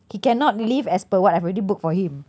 he cannot leave as per what I've already booked for him